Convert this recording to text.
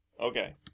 Okay